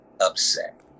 upset